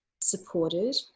supported